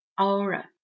aura